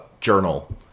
journal